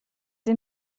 این